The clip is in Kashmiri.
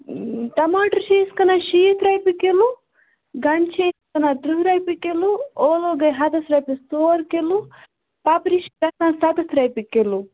ٹماٹر چھِ أسۍ کٕنان شیٖتھ رۄپیہِ کِلو گَنٛڈٕ چھِ أسۍ کٕنان ترٕٛہ رۄپیہَ کِلو ٲلوٕ گٔے ہَتس رۄپیَس ژور کِلو پَپرِ چھِ گَژھان سَتَتھ رۄپیہِ کِلو